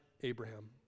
Abraham